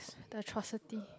the atrocity